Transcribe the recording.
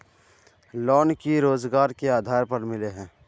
Loan की रोजगार के आधार पर मिले है?